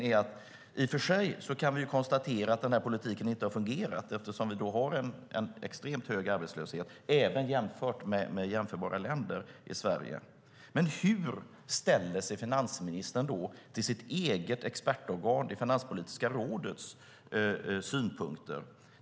I och för sig kan vi konstatera att denna politik inte har fungerat eftersom vi har en extremt hög arbetslöshet i Sverige, även jämfört med jämförbara länder. Men hur ställer sig finansministern till sitt eget expertorgan - Finanspolitiska rådets - synpunkter?